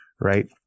right